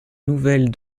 nouvelle